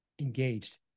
engaged